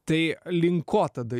tai link ko tada